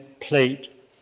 plate